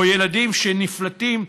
או ילדים שנפלטים,